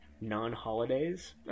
non-holidays